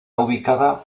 ubicado